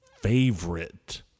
favorite